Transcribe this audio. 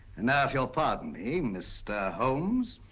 and now if you'll pardon me, mr. holmes.